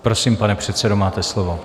Prosím, pane předsedo, máte slovo.